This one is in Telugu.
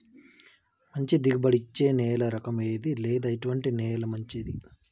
మంచి దిగుబడి ఇచ్చే నేల రకం ఏది లేదా ఎటువంటి నేల మంచిది?